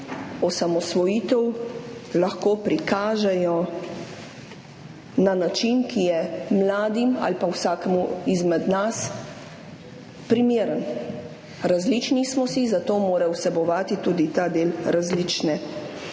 osamosvojitev lahko prikažejo na način, ki je za mlade ali pa vsakega izmed nas primeren. Različni smo si, zato mora vsebovati tudi ta del različne.